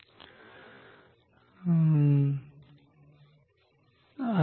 त्यामुळे समजा यासाठी सुद्धा काही चुंबकीय क्षेत्र आहे